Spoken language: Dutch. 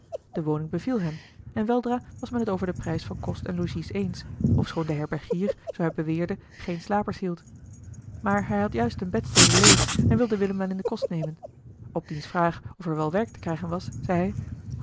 de woning beviel hem en weldra was men het over den prijs van kost en logies eens ofschoon de herbergier zoo hij beweerde geen slapers hield maar hij had juist eene bedstede leeg en wilde willem wel in den kost nemen op diens vraag of er wel werk te krijgen was zei